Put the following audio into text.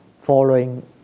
following